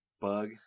Bug